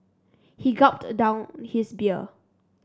he gulped down his beer